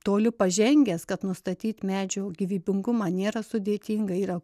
toli pažengęs kad nustatyt medžių gyvybingumą nėra sudėtinga yra